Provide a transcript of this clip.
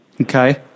Okay